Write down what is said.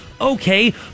Okay